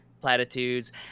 platitudes